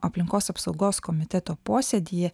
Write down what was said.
aplinkos apsaugos komiteto posėdyje